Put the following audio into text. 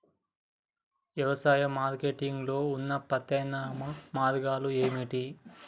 వ్యవసాయ మార్కెటింగ్ లో ఉన్న ప్రత్యామ్నాయ మార్గాలు ఏమిటి?